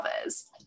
others